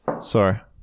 Sorry